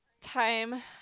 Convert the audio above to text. time